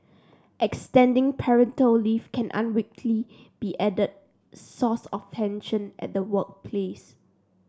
extending parental leave can unwittingly be added source of tension at the workplace